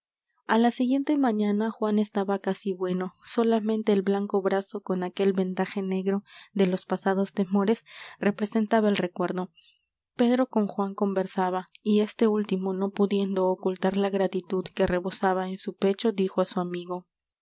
a n a juan estaba casi bueno solamente el blanco brazo con aquel vendaje negro de los pasados temores representaba el recuerdo pedro con juan conversaba y este último no pudiendo ocultar la gratitud que rebosaba en su pecho dijo á su amigo